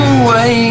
away